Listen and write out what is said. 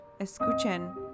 escuchen